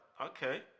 okay